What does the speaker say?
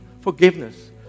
forgiveness